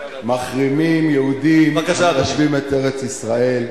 מחרימים יהודים המיישבים את ארץ-ישראל.